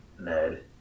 Ned